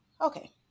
Okay